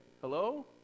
hello